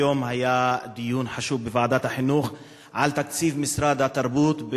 היום היה דיון חשוב בוועדת החינוך על תקציב משרד התרבות,